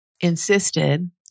insisted